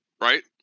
right